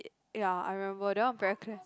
ya I remember that one very clear